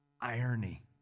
irony